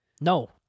No